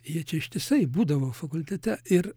jie čia ištisai būdavo fakultete ir